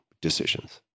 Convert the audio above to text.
decisions